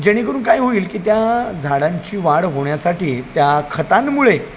जेणेकरून काय होईल की त्या झाडांची वाढ होण्यासाठी त्या खतांमुळे